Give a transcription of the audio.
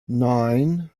nine